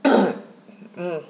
mm